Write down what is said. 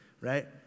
right